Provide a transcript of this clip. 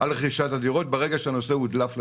לרכוש דירות, ברגע שהנושא הודלף לציבור.